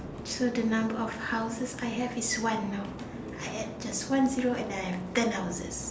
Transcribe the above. so the number of houses I have is one now I add just one zero and then I have ten houses